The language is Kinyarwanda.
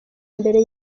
mbere